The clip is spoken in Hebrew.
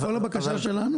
כל הבקשה שלנו,